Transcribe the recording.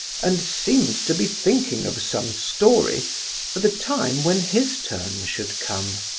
and seemed to be thinking of some story for the time when his turn should come.